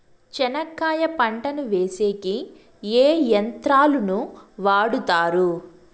చెనక్కాయ పంటను వేసేకి ఏ యంత్రాలు ను వాడుతారు?